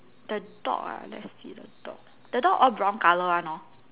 the dog ah let's see the dog the dog all brown colour one hor